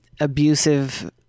abusive